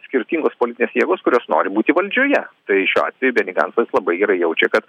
skirtingos politinės jėgos kurios nori būti valdžioje tai šiuo atveju beni gancas labai gerai jaučia kad